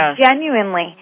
Genuinely